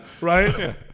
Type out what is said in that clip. right